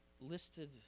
listed